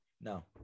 No